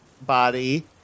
body